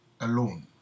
alone